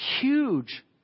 huge